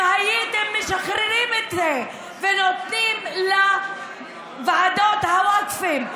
אם הייתם משחררים את זה ונותנים לוועדות הווקפים,